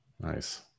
Nice